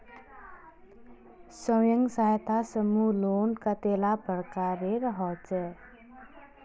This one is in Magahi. स्वयं सहायता समूह लोन कतेला प्रकारेर होचे?